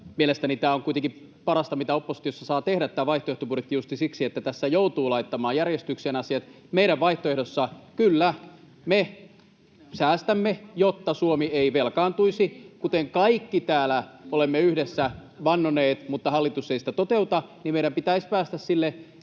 vaihtoehtobudjetti on kuitenkin parasta, mitä oppositiossa saa tehdä, justiin siksi, että tässä joutuu laittamaan järjestykseen asiat. Meidän vaihtoehdossa — kyllä — me säästämme, jotta Suomi ei velkaantuisi. Kuten kaikki täällä olemme yhdessä vannoneet, mutta hallitus ei sitä toteuta, meidän pitäisi päästä sille